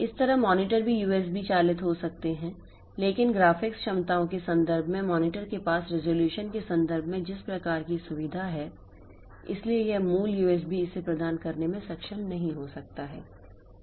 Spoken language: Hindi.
इसी तरह मॉनिटर भी यूएसबी चालित हो सकते हैं लेकिन ग्राफिक्स क्षमताओं के संदर्भ में मॉनिटर के पास रिज़ॉल्यूशन के संदर्भ में जिस प्रकार की सुविधा है इसलिए यह मूल यूएसबी इसे प्रदान करने में सक्षम नहीं हो सकता है